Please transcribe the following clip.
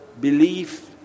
belief